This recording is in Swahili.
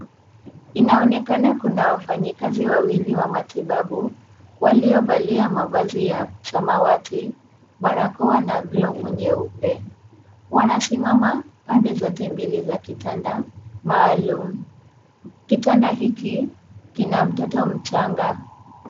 Inaonekana kuna wafanyakazi wawili wa matibabu waliovalia mavazi ya samawati, barakoa na glovu nyeupe. Wanasimama pande zote mbili za kitanda maalum. Kitanda hiki kina mtoto mchanga.